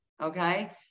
Okay